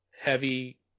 heavy